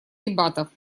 дебатов